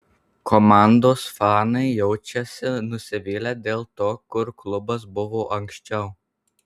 komandos fanai jaučiasi nusivylę dėl to kur klubas buvo anksčiau